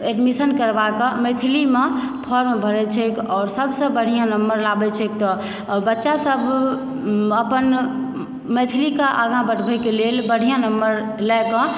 admission करबाकऽ मैथिलीमे form बढ़ैत छैक आओर सभसँ बढ़िआँ नम्बर लाबैत छैक तऽ बच्चासभ अपन मैथिलीकऽ आगाँ बढ़बयके लेल बढ़िआँ नम्बर लयकऽ